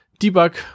debug